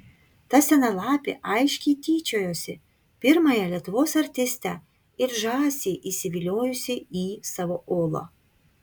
ta sena lapė aiškiai tyčiojosi pirmąją lietuvos artistę it žąsį įsiviliojusi į savo olą